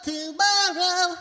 Tomorrow